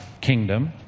kingdom